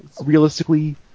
Realistically